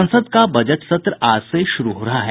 संसद का बजट सत्र आज से शुरू हो रहा है